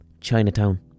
chinatown